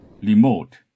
remote